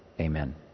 Amen